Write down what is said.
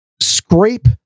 scrape